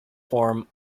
form